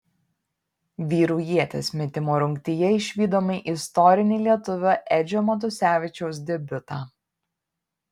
vyrų ieties metimo rungtyje išvydome istorinį lietuvio edžio matusevičiaus debiutą